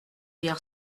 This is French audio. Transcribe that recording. hier